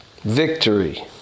Victory